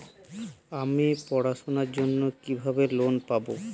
আমি পড়াশোনার জন্য কিভাবে লোন পাব?